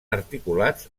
articulats